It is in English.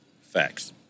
Facts